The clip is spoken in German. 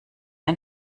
ein